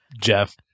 jeff